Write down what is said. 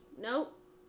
nope